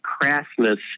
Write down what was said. crassness